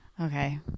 Okay